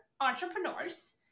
entrepreneurs